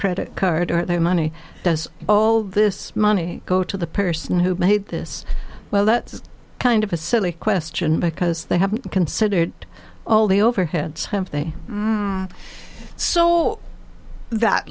credit card or their money does all this money go to the person who made this well that's kind of a silly question because they haven't considered all the overheads have they so that